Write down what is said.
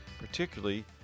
particularly